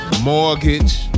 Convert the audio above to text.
Mortgage